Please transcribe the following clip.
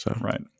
Right